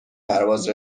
پرواز